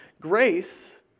Grace